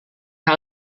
hal